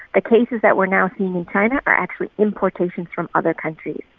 the cases that we're now seeing in china are actually importations from other countries.